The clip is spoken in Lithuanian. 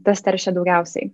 tas teršia daugiausiai